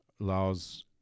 allows